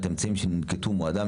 את האמצעים שננקטו ומועדם,